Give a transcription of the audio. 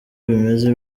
bimeze